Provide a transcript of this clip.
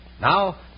Now